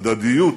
הדדיות,